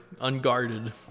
unguarded